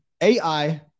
AI